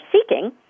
seeking